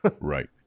Right